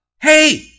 Hey